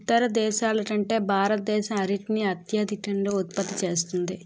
ఇతర దేశాల కంటే భారతదేశం అరటిని అత్యధికంగా ఉత్పత్తి చేస్తుంది